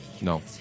No